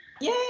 Yay